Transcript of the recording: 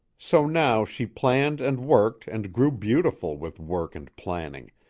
so now she planned and worked and grew beautiful with work and planning,